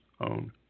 own